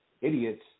idiots